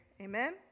Amen